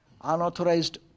unauthorized